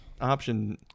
option